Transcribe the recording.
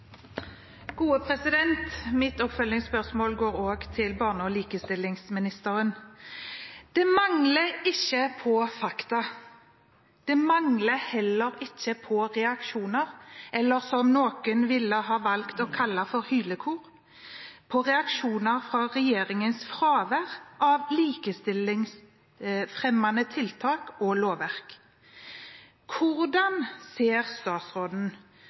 likestillingsministeren. Det mangler ikke på fakta, det mangler heller ikke på reaksjoner, eller – som noen ville ha valgt å kalle det – «hylekor» av reaksjoner, på regjeringens fravær av likestillingsfremmende tiltak og lovverk. Hvordan ser statsråden